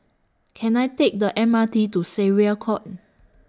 Can I Take The M R T to Syariah Court